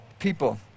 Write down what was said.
people